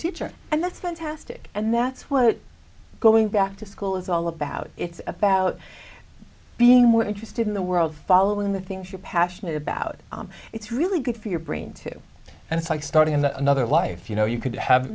teacher and that's fantastic and that's what going back to school is all about it's about being more interested in the world follow in the things you're passionate about it's really good for your brain too and it's like starting another life you know you could have